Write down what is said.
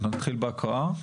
נתחיל בהקראה?